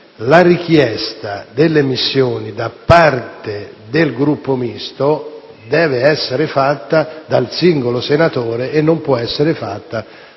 la richiesta delle missioni da parte del Gruppo Misto deve essere fatta dal singolo senatore e non può essere fatta